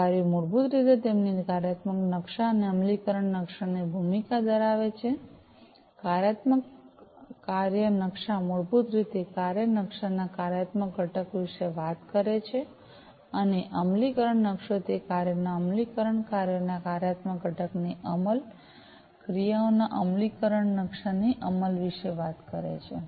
આ કાર્યો મૂળભૂત રીતે તેમની કાર્યાત્મક નકશા અને અમલીકરણ નકશા ની ભૂમિકા ધરાવે છે કાર્યાત્મકકાર્ય નકશા મૂળભૂત રીતે કાર્ય નકશાના કાર્યાત્મક ઘટક વિશે વાત કરે છે અને અમલીકરણ નકશો તે કાર્યોના અમલીકરણ કાર્યોના કાર્યાત્મક ઘટકની અમલ ક્રિયાઓ ના અમલીકરણ નકશાની અમલ વિશે વાત કરે છે